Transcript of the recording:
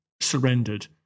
surrendered